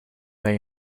they